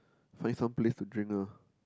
find some place to drink ah